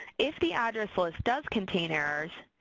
if the address list does contains error,